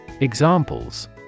Examples